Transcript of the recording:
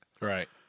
Right